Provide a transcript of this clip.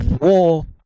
war